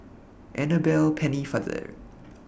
Annabel Pennefather